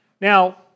Now